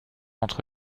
entre